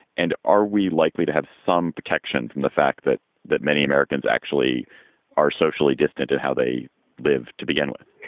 and are we likely to have some protection from the fact that that many americans actually are socially distant and how they live to begin with?